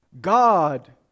God